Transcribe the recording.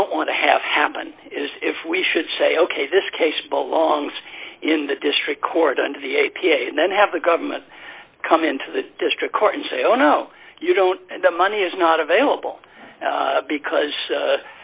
don't want to have happen is if we should say ok this case both longs in the district court under the a p a and then have the government come into the district court and say oh no you don't and the money is not available because